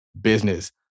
business